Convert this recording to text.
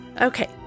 Okay